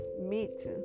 meet